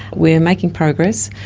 we're making progress.